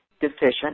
deficient